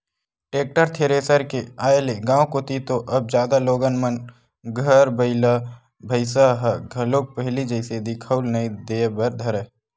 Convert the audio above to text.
tractor, thresher के आय ले गाँव कोती तो अब जादा लोगन मन घर बइला भइसा ह घलोक पहिली जइसे दिखउल नइ देय बर धरय